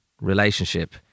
relationship